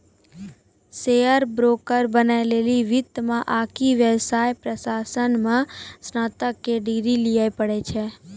share broker बनै लेली वित्त मे आकि व्यवसाय प्रशासन मे स्नातक के डिग्री लिये पड़ै छै